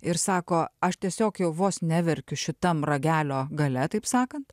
ir sako aš tiesiog jau vos neverkiu šitam ragelio gale taip sakant